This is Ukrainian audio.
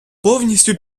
повністю